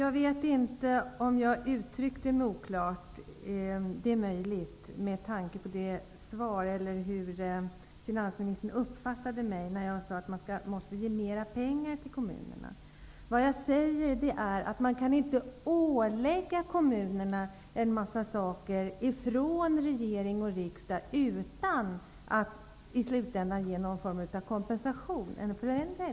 Herr talman! Det är möjligt att jag uttryckte mig oklart när jag sade att man måste ge mera pengar till kommunerna. Vad jag menade är att man inte kan ålägga kommunerna en mängd uppgifter från regering och riksdag utan att i slutändan ge någon form av kompensation.